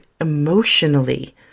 emotionally